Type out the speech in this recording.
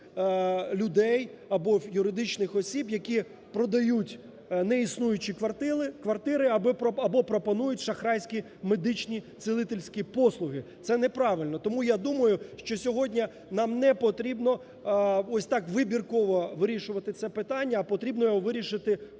людей або юридичних осіб, які продають неіснуючі квартири або пропонують шахрайські медичні цілительські послуги, це неправильно. Тому я думаю, що сьогодні нам не потрібно ось так вибірково вирішувати це питання, а потрібно його вирішити